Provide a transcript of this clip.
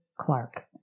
Clark